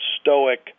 stoic